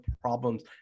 problems